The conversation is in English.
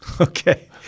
Okay